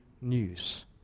news